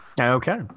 Okay